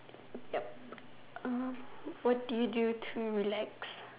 yep erm what do you do to relax